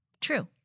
True